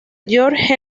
george